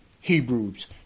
Hebrews